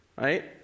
Right